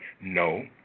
no